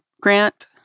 Grant